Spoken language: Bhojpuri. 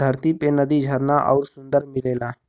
धरती पे नदी झरना आउर सुंदर में मिलला